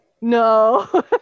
no